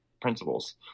principles